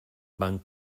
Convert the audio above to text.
van